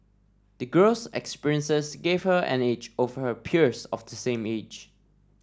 the girl's experiences gave her an edge over her peers of the same age